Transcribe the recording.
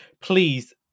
please